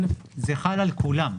זה חל על כולם,